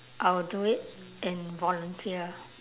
I will do it in volunteer